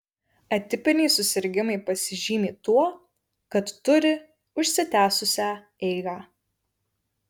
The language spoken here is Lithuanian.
atipiniai susirgimai pasižymi tuo kad turi užsitęsusią eigą